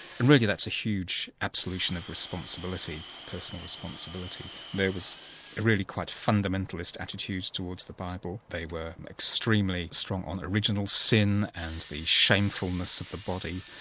and really that's a huge absolution of responsibility, personal responsibility. there was a really quite fundamentalist attitude towards the bible. they were extremely strong on original sin and the shamefulness of the body,